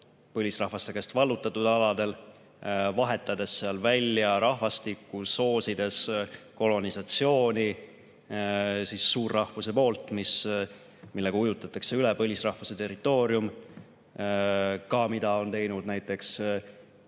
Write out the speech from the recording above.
põlisrahvaste käest vallutatud aladel, vahetades seal välja rahvastikku, soosides kolonisatsiooni suurrahvuse poolt, millega ujutatakse üle põlisrahvaste territoorium, ka see, mida on teinud näiteks